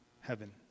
heaven